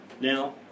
Now